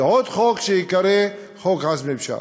ועוד חוק שייקרא "חוק עזמי בשארה"